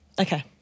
Okay